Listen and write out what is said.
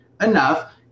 enough